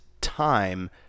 time